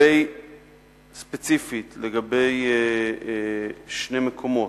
ספציפית לגבי שני מקומות,